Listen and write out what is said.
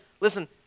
listen